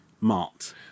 Mart